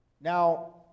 Now